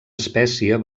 espècie